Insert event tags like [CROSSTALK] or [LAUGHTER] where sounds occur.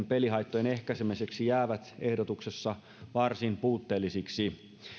[UNINTELLIGIBLE] pelihaittojen ehkäisemiseksi jäävät ehdotuksessa varsin puutteellisiksi